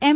એમ